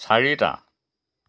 চাৰিটা